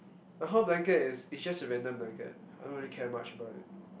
the hall blanket is is just a random blanket I don't really care much about it